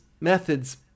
methods